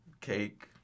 Cake